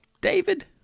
David